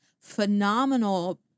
phenomenal